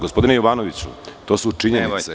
Gospodine Jovanoviću, to su činjenice.